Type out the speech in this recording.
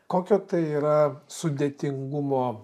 kokio tai yra sudėtingumo